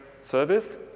service